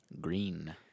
Green